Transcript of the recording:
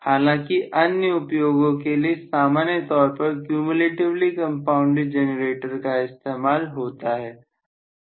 हालांकि अन्य उपयोगों के लिए सामान्य तौर पर क्यूम्यूलेटिवली कंपाउंडेड जेनरेटर का इस्तेमाल होता है